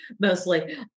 mostly